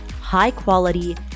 high-quality